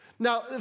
Now